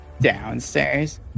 downstairs